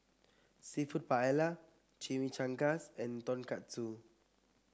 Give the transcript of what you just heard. seafood Paella Chimichangas and Tonkatsu